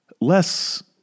Less